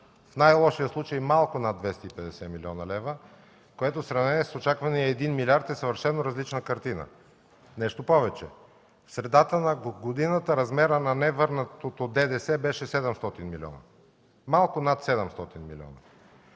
в най-лошия случай малко над 250 млн. лв., което в сравнение с очаквания един милиард е съвършено различна картина. Нещо повече, в средата на годината размерът на невърнатото ДДС беше малко над 700 милиона.